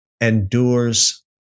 endures